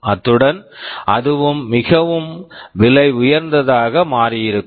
அத்துடன் அதுவும் மிகவும் விலை உயர்ந்ததாக மாறி இருக்கும்